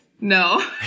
No